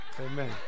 Amen